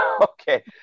Okay